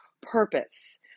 purpose